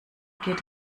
geht